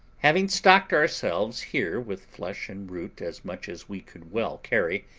having stocked ourselves here with flesh and root as much as we could well carry,